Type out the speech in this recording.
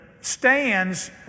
stands